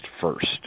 first